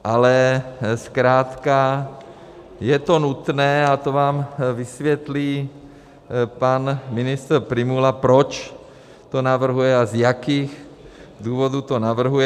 Ale zkrátka je to nutné a to vám vysvětlí pan ministr Prymula, proč to navrhuje a z jakých důvodů to navrhuje.